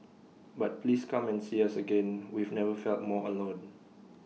but please come and see us again we've never felt more alone